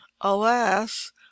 alas